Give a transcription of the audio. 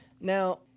Now